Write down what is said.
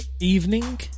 evening